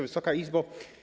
Wysoka Izbo!